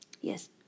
Yes